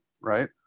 right